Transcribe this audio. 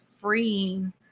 freeing